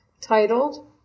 titled